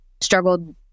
struggled